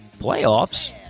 Playoffs